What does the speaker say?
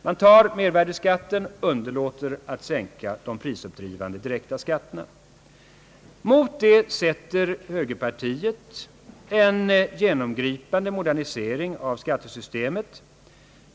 Man tar mervärdeskatten men låter bli att sänka de prisuppdrivande direkta skatterna. Mot detta sätter högerpartiet en genomgripande modernisering av skattesystemet.